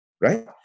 right